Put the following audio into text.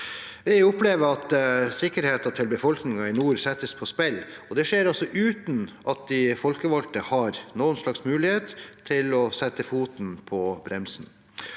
De opplever at sikkerheten til befolkningen i nord settes på spill, og det skjer uten at de folkevalgte har noen slags mulighet til å sette foten på bremsen.